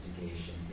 investigation